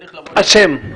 השם.